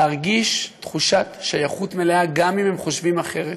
להרגיש תחושת שייכות מלאה גם אם הם חושבים אחרת,